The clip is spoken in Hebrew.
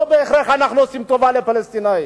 לא בהכרח אנחנו עושים טובה לפלסטינים.